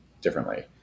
differently